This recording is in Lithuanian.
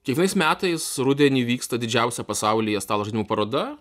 kiekvienais metais rudenį vyksta didžiausia pasaulyje stalo žaidimų paroda